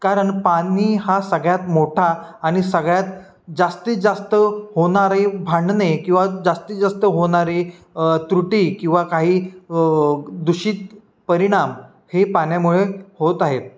कारण पाणी हा सगळ्यात मोठा आणि सगळ्यात जास्तीत जास्त होणारे भांडणे किंवा जास्तीत जास्त होणारे त्रुटी किंवा काही दूषित परिणाम हे पाण्यामुळे होत आहेत